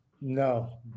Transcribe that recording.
no